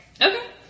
Okay